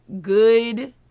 Good